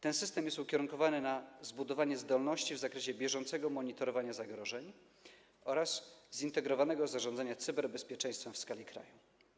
Ten system jest ukierunkowany na zbudowanie zdolności w zakresie bieżącego monitorowania zagrożeń oraz zintegrowanego zarządzania cyberbezpieczeństwem w skali kraju.